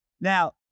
now